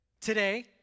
today